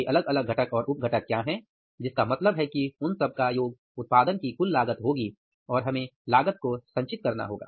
वे अलग अलग घटक और उप घटक क्या हैं जिसका मतलब है कि उन सब का योग उत्पादन की कुल लागत होगी और हमें लागत को संचित करना होगा